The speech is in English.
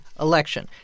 election